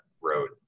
road